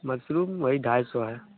mushroom वही ढाई सौ है